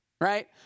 Right